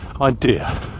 idea